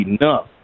enough